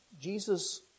Jesus